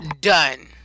done